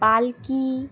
পালকি